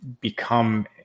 become